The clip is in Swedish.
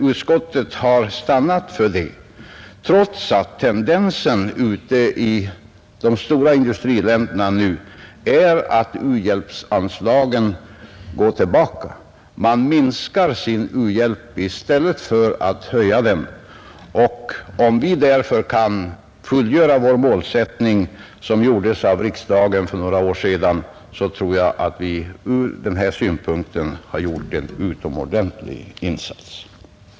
Utskottet har stannat för det, trots att tendensen ute i de stora industriländerna nu är att u-hjälpsanslagen går tillbaka; man minskar sin u-hjälp i stället för att öka den. Om vi därför kan fullfölja det mål som riksdagen satte upp för några år sedan tror jag att vi ur den synpunkten gjort en utomordentlig insats.